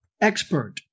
expert